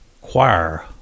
Choir